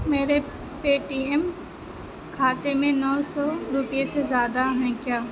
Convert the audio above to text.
میرے Paytm کھاتے میں نو سو روپیے سے زیادہ ہیں کیا